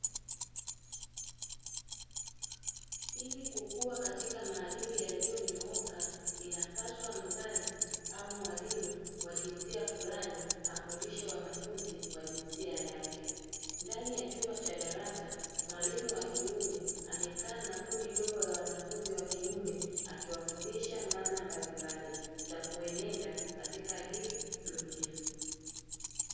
Ili kukua katika maadili yaliyonyooka inapaswa mzazi au mwalimu wa jinsia fulani afundishe wanafunzi wa jinsia yake. Ndani ya chumba cha darasa mwalimu wa kiume amekaa na kundi dogo la wanafunzi wa kiume akiwafundisha namna mbalimbali za kuenenda katika hii dunia.